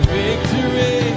victory